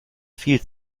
viel